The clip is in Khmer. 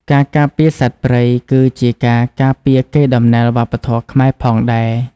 ការការពារសត្វព្រៃគឺជាការការពារកេរដំណែលវប្បធម៌ខ្មែរផងដែរ។